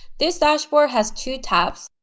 this dashboard has two tabs.